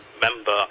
member